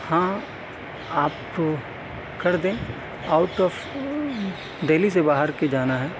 ہاں آپ کر دیں آؤٹ آف دہلی سے باہر کے جانا ہے